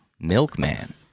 milkman